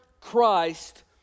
Christ